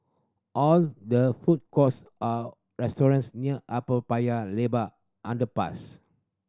are there food courts restaurants near Upper Paya Lebar Underpass